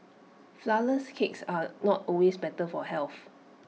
Flourless Cakes are not always better for health